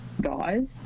guys